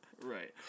right